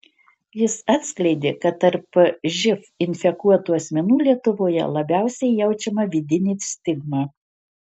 jis atskleidė kad tarp živ infekuotų asmenų lietuvoje labiausiai jaučiama vidinė stigma